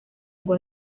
ngo